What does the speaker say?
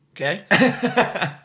Okay